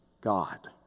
God